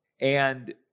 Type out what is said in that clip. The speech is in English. And-